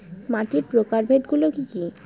মাটির প্রকারভেদ গুলো কি কী?